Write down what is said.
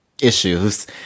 issues